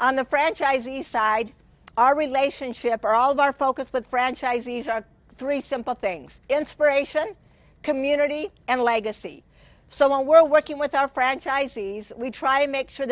on the franchisees side our relationship or all of our focus with franchisees are three simple things inspiration community and legacy so when we're working with our franchisees we try to make sure